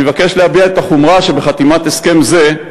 ואני מבקש להביע את החומרה שבחתימת הסכם זה,